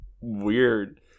Weird